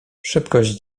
szybkość